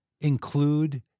include